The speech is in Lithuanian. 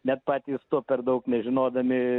net patys to per daug nežinodami